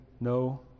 no